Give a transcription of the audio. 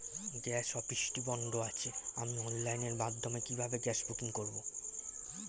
Gas অফিসটি বন্ধ আছে আমি অনলাইনের মাধ্যমে কিভাবে গ্যাস বুকিং করব?